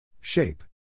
Shape